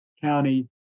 county